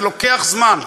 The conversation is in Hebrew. זה לוקח זמן.